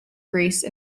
grease